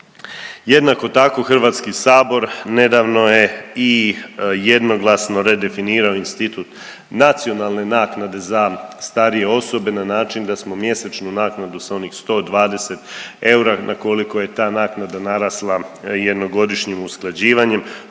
Jednako tako Hrvatski sabor nedavno je i jednoglasno redefinirao institut nacionalne naknade za starije osobe na način da smo mjesečnu naknadu sa onih 120 eura na koliko je ta naknada jednogodišnjim usklađivanjem,